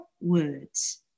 words